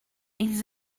ils